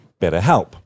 BetterHelp